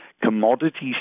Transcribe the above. Commodities